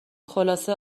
خلاصه